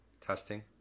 Testing